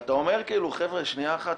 ואז אתה אומר, חבר'ה, שנייה אחת.